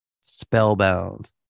spellbound